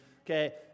Okay